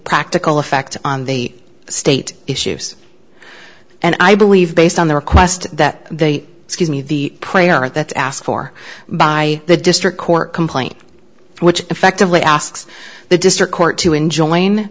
practical effect on the state issues and i believe based on the request that they give me the prayer that's asked for by the district court complaint which effectively asks the district court to enjoin